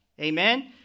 Amen